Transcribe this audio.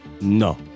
no